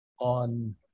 on